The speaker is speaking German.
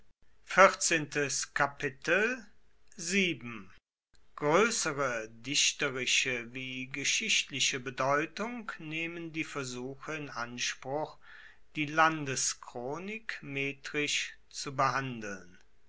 groessere dichterische wie geschichtliche bedeutung nehmen die versuche in anspruch die landeschronik metrisch zu behandeln